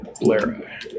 Blair